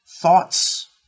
thoughts